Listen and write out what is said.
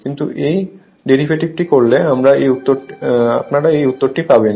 কিন্তু এই ডেরিভেটিভটি করলে আপনারা এই উত্তরটি পাবেন